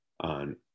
on